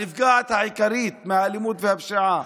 הנפגעת העיקרית מהאלימות והפשיעה,